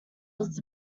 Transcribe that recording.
was